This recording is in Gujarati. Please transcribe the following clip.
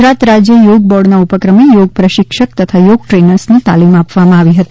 ગુજરાત રાજ્ય યોગ બોર્ડના ઉપક્રમે યોગ પ્રશિક્ષક તથા યોગ ટ્રેનર્સને તાલીમ આપવામાં આવી હતી